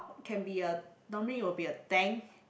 can be a normally will be a tank